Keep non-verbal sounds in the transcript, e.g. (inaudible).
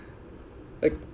(noise)